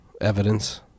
evidence